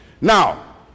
Now